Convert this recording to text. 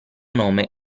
nome